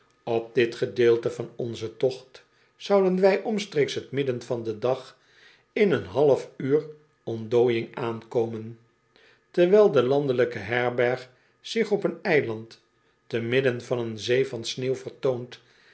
op dit gedeelte van onzen tocht zouden wij omstreeks t midden van den dag in een half uur ontdooiing aankomen terwijl de landelijke herberg zich op een eiland te midden van oen zee van sneeuw vertoont